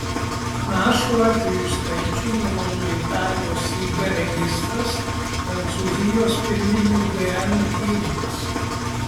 panašų atvejų skaičių nurodo italijos ib registras prancūzijos pirminių gn tyrimas